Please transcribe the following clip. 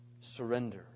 Surrender